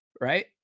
right